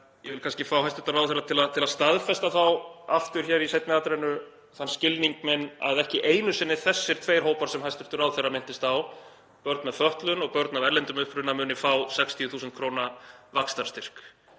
Ég vil kannski fá hæstv. ráðherra til að staðfesta aftur hér í seinni atrennu þann skilning minn að ekki einu sinni þessir tveir hópar sem hæstv. ráðherra minntist á, börn með fötlun og börn af erlendum uppruna, muni fá 60.000 kr. vaxtarstyrk.